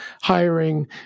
hiring